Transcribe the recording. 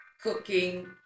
cooking